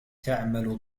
تعمل